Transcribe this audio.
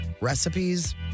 recipes